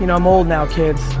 you know i'm old now, kids,